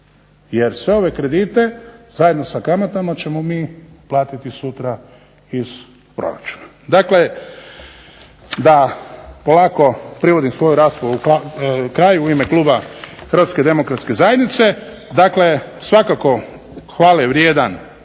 Jer sve ove kredite zajedno sa kamatama ćemo mi platiti sutra iz proračuna. Dakle, da polako privodim svoju raspravu kraju, u ime kluba Hrvatske demokratske zajednice dakle svakako hvalevrijedan